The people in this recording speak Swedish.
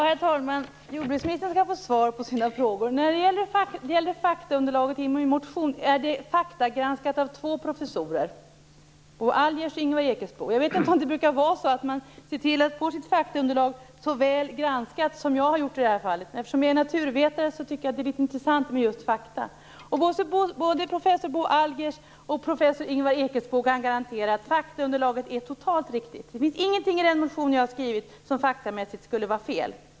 Herr talman! Jordbruksministern skall få svar på sina frågor. Faktaunderlaget i min motion är faktagranskat av två professorer, Bo Algers och Ingvar Ekesbo. Jag vet inte om det är vanligt att se till att man får sitt faktaunderlag så väl granskat som jag gjort i det här fallet. Eftersom jag är naturvetare tycker jag att det är ganska intressant med just fakta. Både professor Bo Algers och professor Ingvar Ekesbo kan garantera att faktaunderlaget är helt riktigt. Det finns ingenting i min motion som faktamässigt är fel.